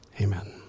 Amen